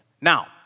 Now